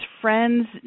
friends